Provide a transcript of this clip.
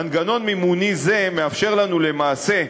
מנגנון מימוני זה מאפשר לנו, למעשה,